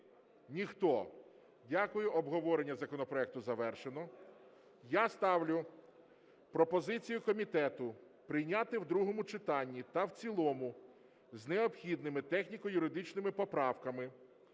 Ніхто. Дякую. Обговорення законопроекту завершено. Я ставлю пропозицію комітету прийняти в другому читанні та в цілому з необхідними техніко-юридичними поправками